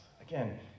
Again